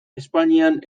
espainian